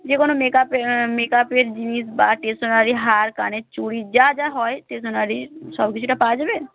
যে কোনো মেকআপে মেকআপের জিনিস বা টেশনারি হার কানের চুরি যা যা হয় টেশনারির সব কিছুটা পাওয়া যাবে